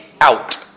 out